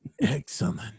Excellent